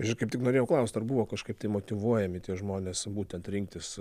ir aš kaip tik norėjau klaust ar buvo kažkaip tai motyvuojami tie žmonės būtent rinktis